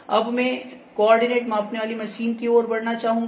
अब मैं कोऑर्डिनेट मापने वाली मशीन की ओर बढ़ना चाहूंगा